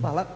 Hvala.